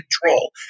control